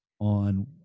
on